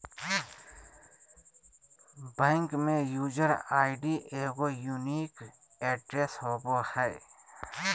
bank में user ID एगो unique address होबो हइ